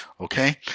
Okay